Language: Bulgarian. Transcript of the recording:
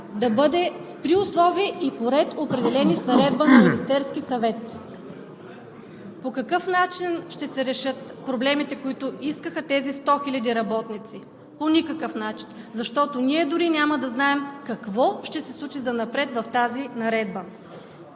да бъде при условия и по ред, определени с наредба на Министерския съвет. По какъв начин ще се решат проблемите, които поставиха тези сто хиляди работници? По никакъв начин. Ние дори няма да знаем какво ще се случи занапред в тази наредба.